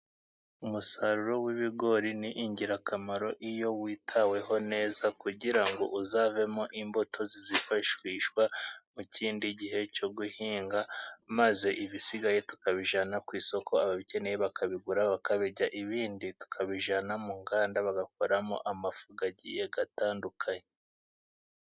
Umusaruro w'ibigori ni ingirakamaro iyo witaweho neza kugira uzavemo imbuto zizifashishwa mu kindi gihe cyo guhinga maze ibisigaye tukabijyanaana ku isoko. Ababikeneye bakabigura bakabirya ibindi tukabijyana mu nganda bagakoramo amafu atandukanye.